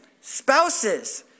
Spouses